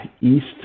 East